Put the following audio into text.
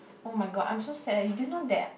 oh-my-god I'm so sad eh you didn't know that